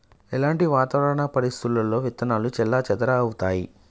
ఎలాంటి వాతావరణ పరిస్థితుల్లో విత్తనాలు చెల్లాచెదరవుతయీ?